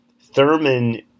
Thurman